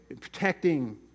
Protecting